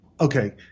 okay